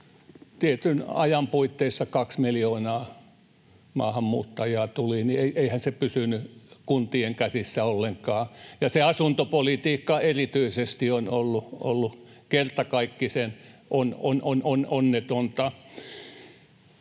tietyn ajan puitteissa kaksi miljoonaa maahanmuuttajaa tuli, niin virhehän se oli tietysti, ja eihän se pysynyt kuntien käsissä ollenkaan, ja se asuntopolitiikka erityisesti on ollut kertakaikkisen onnetonta.